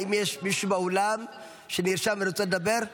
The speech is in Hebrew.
האם יש מישהו באולם שנרשם ורוצה לדבר?